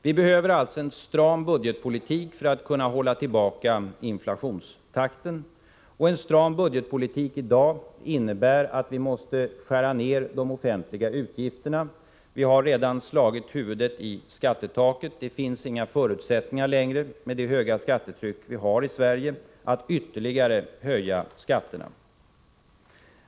Vi behöver alltså en stram budgetpolitik för att kunna hålla tillbaka inflationstakten, och en stram budgetpolitik i dag innebär att vi måste skära ner de offentliga utgifterna. Vi har redan slagit huvudet i skattetaket. Det finns inga förutsättningar längre med det höga skattetryck vi har i Sverige att ytterligare höja skatterna.